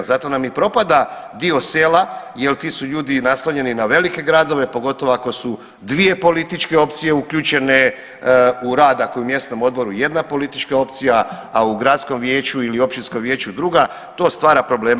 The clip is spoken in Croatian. Zato nam i propada dio sela jer ti su ljudi naslonjeni na velike gradove pogotovo ako su dvije političke opcije uključene u rad, ako je u mjesnom odboru jedna politička opcija, a u gradskom vijeću ili općinskom vijeću druga to stvara probleme.